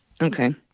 Okay